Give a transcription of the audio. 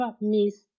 miss